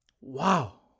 wow